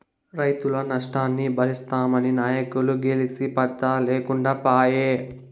రైతుల నష్టాన్ని బరిస్తామన్న నాయకులు గెలిసి పత్తా లేకుండా పాయే